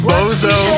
Bozo